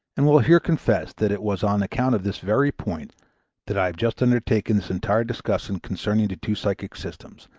and will here confess that it was on account of this very point that i have just undertaken this entire discussion concerning the two psychic systems,